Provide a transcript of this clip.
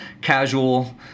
casual